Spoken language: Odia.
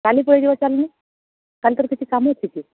କାଲି ପଳେଇଯିବା ଚାଲୁନୁ କାଲି ତୋର କିଛି କାମ ଅଛି କି